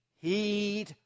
heed